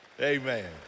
Amen